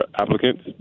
applicants